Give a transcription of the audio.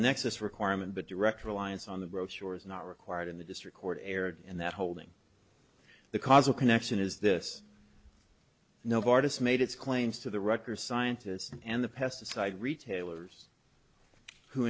nexus requirement but direct reliance on the brochure is not required in the district court erred and that holding the causal connection is this no bardas made its claims to the records scientists and the pesticide retailers who